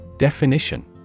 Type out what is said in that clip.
Definition